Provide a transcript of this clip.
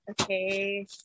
Okay